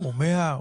הוא 100%?